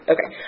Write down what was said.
Okay